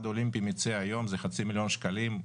האולימפי מציע היום זה חצי מיליון שקלים,